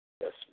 Yes